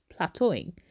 plateauing